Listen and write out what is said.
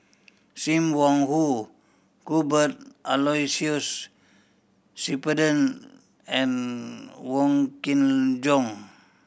Sim Wong Hoo Cuthbert Aloysius Shepherdson and Wong Kin Jong